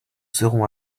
serons